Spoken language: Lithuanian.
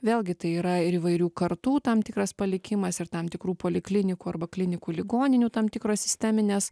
vėlgi tai yra ir įvairių kartų tam tikras palikimas ir tam tikrų poliklinikų arba klinikų ligoninių tam tikros sisteminės